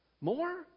More